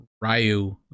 Ryu